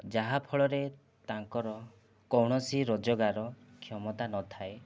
ଯାହାଫଳରେ ତାଙ୍କର କୌଣସି ରୋଜଗାର କ୍ଷମତା ନଥାଏ